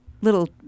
little